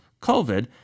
COVID